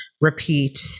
repeat